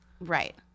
right